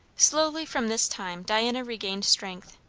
slowly from this time diana regained strength,